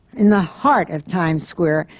in the heart of times square.